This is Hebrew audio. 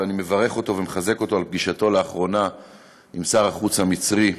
ואני מברך אותו ומחזק אותו על פגישתו לאחרונה עם שר החוץ המצרי,